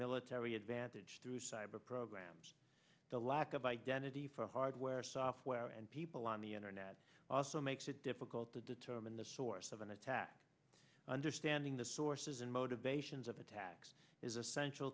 military advantage through cyber programs the lack of identity for hardware software and people on the internet also makes it difficult to determine the source of an attack understanding the sources and motivations of attacks is essential